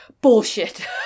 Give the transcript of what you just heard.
bullshit